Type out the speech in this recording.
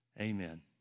Amen